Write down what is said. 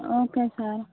okay sir